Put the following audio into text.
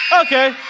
okay